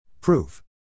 Proof